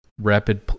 Rapid